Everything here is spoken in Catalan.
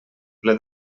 ple